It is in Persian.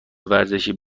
ورزشی